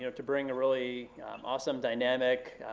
to bring a really awesome, dynamic,